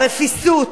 הרפיסות,